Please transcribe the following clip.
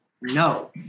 No